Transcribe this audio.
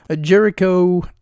Jericho